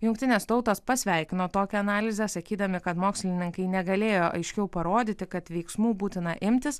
jungtinės tautos pasveikino tokią analizę sakydami kad mokslininkai negalėjo aiškiau parodyti kad veiksmų būtina imtis